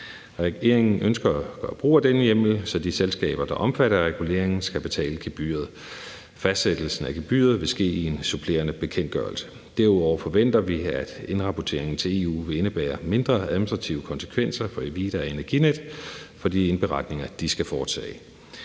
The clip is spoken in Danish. Regeringen ønsker at gøre brug af denne hjemmel, så de selskaber, der er omfattet af regulering, skal betale gebyret. Fastsættelsen af gebyret vil ske i en supplerende bekendtgørelse. Derudover forventer vi, at indrapporteringen til EU vil indebære mindre administrative konsekvenser for Evida og Energinet i forbindelse med de indberetninger, de skal foretage.